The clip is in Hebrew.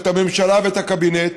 את הממשלה ואת הקבינט,